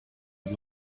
you